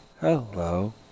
hello